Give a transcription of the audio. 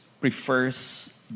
prefers